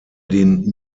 den